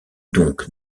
donc